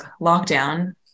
lockdown